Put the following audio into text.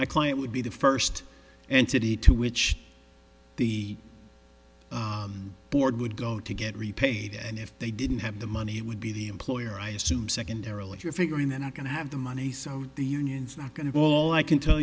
my client would be the first entity to which the board would go to get repaid and if they didn't have the money he would be the employer i assume secondarily you're figuring that not going to have the money so the union's not going to all i can tell